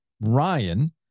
Ryan